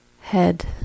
head